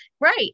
right